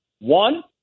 One